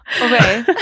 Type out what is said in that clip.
Okay